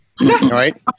right